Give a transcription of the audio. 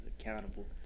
accountable